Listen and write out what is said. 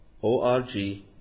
ORG